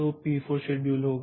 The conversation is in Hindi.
तो पी4 शेड्यूल होगा